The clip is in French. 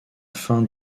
afin